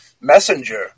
messenger